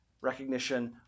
recognition